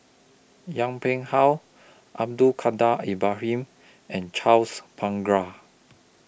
Yong Pung How Abdul Kadir Ibrahim and Charles Paglar